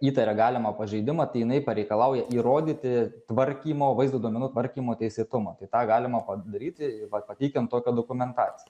įtaria galimą pažeidimą tai jinai pareikalauja įrodyti tvarkymo vaizdo duomenų tvarkymo teisėtumą tai tą galima padaryti pateikiant tokią dokumentaciją